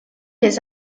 les